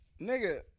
nigga